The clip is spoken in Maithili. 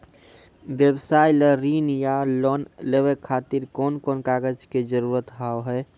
व्यवसाय ला ऋण या लोन लेवे खातिर कौन कौन कागज के जरूरत हाव हाय?